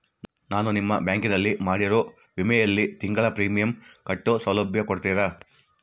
ನಾನು ನಿಮ್ಮ ಬ್ಯಾಂಕಿನಲ್ಲಿ ಮಾಡಿರೋ ವಿಮೆಯಲ್ಲಿ ತಿಂಗಳ ಪ್ರೇಮಿಯಂ ಕಟ್ಟೋ ಸೌಲಭ್ಯ ಕೊಡ್ತೇರಾ?